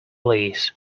lease